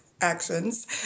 actions